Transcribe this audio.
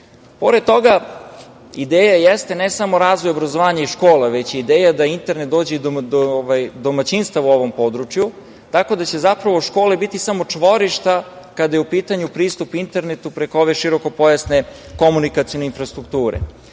toga, ideja jeste ne samo razvoj i obrazovanje škola, već je ideja da internet dođe do domaćinstava u ovom području, tako da će zapravo škole biti samo čvorišta, kada je u pitanju pristup internetu preko ove širikopojasne komunikacione infrastrukture,